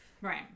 Right